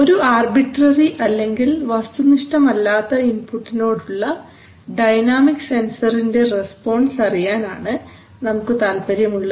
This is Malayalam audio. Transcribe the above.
ഒരു ആർബിട്രറി അല്ലെങ്കിൽ വസ്തുനിഷ്ഠം അല്ലാത്ത ഇൻപുട്ടിനോടുള്ള ഡൈനാമിക് സെൻസറിന്റെ റസ്പോൺസ് അറിയാൻ ആണ് നമുക്ക് താല്പര്യം ഉള്ളത്